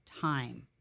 time